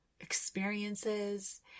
experiences